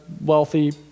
wealthy